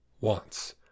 wants